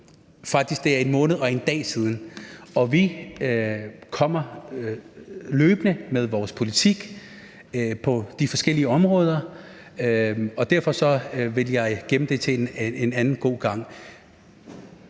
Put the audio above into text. faktisk 1 måned og 1 dag siden. Vi kommer løbende med vores politik på de forskellige områder, og derfor vil jeg gemme det til en anden god gang.